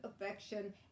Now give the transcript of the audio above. affection